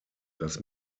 das